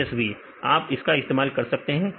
plus csv आप इसका इस्तेमाल कर सकते हैं